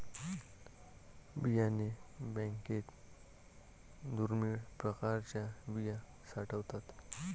बियाणे बँकेत दुर्मिळ प्रकारच्या बिया साठवतात